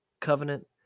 Covenant